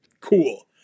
Cool